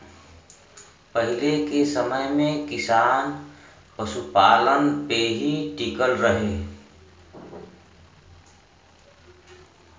पहिले के समय में किसान पशुपालन पे ही टिकल रहे